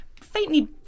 faintly